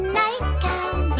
nightgown